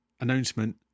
announcement